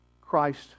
Christ